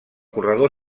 corredor